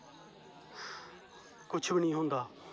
कुछ बी नेई हा होंदा